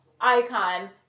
icon